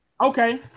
Okay